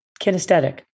Kinesthetic